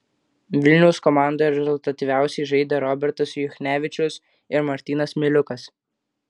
vilniaus komandoje rezultatyviausiai žaidė robertas juchnevičius ir martynas miliukas